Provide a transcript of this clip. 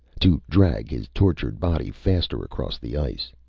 to drag his tortured body faster across the ice.